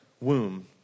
womb